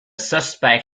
suspect